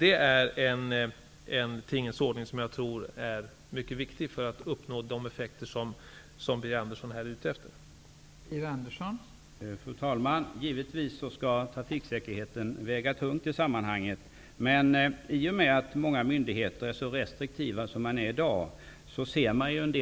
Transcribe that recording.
Det är en tingens ordning som jag tror är mycket viktig för att man skall uppnå de effekter som Birger Andersson är ute efter här.